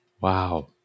Wow